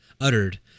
uttered